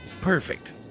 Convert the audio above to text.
Perfect